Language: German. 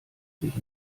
sich